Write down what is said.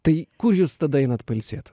tai kur jūs tada einat pailsėt